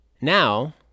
now